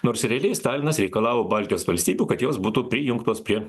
nors realiai stalinas reikalavo baltijos valstybių kad jos būtų prijungtos prie